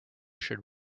should